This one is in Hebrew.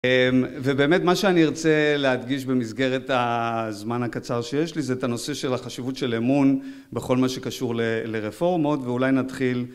אמ... ובאמת, מה שאני ארצה להדגיש במסגרת הזמן הקצר שיש לי, זה את הנושא של החשיבות של אמון, בכל מה שקשור לרפורמות, ואולי נתחיל ...